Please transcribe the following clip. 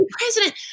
president